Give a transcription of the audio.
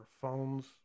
phones